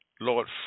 Lord